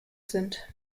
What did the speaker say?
sind